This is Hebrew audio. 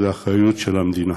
זו אחריות של המדינה.